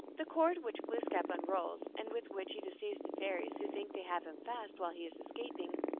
the cord which glooskap unrolls, and with which he deceives the fairies, who think they have him fast, while he is escaping,